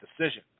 decision